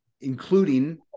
including